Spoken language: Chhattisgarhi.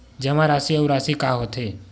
जमा राशि अउ राशि का होथे?